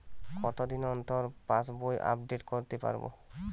কতদিন অন্তর পাশবই আপডেট করতে পারব?